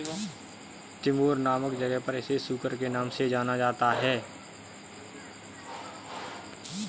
Timor नामक जगह पर इसे सुकर के नाम से जाना जाता है